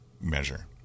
measure